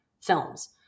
films